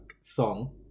song